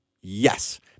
Yes